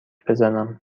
بزنم